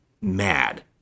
mad